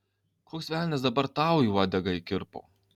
koks velnias dabar tau į uodegą įkirpo